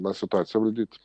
na situaciją valdyti